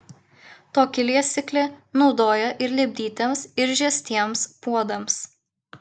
tokį liesiklį naudojo ir lipdytiems ir žiestiems puodams